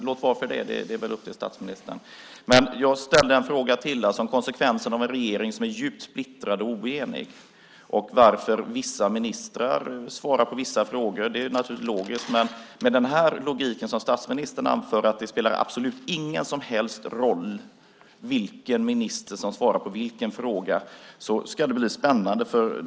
Låt gå för det! Det är upp till statsministern. Men jag ställde en fråga till, om konsekvensen av en regering som är djupt splittrad och oenig och om varför vissa ministrar svarar på vissa frågor. Det är naturligtvis logiskt. Men med den logik som statsministern anför, att det inte spelar någon som helst roll vilken minister som svarar på vilken fråga, ska det bli spännande.